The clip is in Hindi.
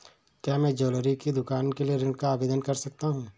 क्या मैं ज्वैलरी की दुकान के लिए ऋण का आवेदन कर सकता हूँ?